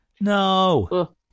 No